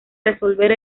resolver